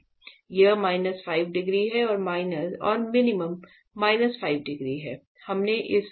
यह minus 5 degree है और मिनिमम माइनस 5 डिग्री है